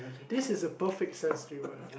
this is a perfect sense humor